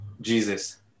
Jesus